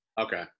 Okay